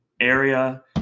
area